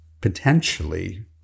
potentially